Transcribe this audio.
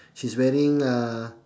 she's wearing uh